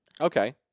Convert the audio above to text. Okay